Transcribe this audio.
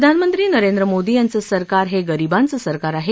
प्रधानमंत्री नरेंद्र मोदी यांचं सरकार हे गरिबांचं सरकार आहे